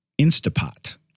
Instapot